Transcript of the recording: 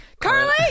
Carly